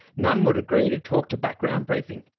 none would agree to talk to background briefing.